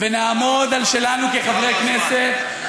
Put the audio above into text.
ונעמוד על שלנו כחברי כנסת,